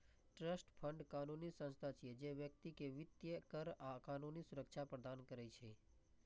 trust fund कानूनी संस्था छियै, जे व्यक्ति कें वित्तीय, कर आ कानूनी सुरक्षा प्रदान करै छै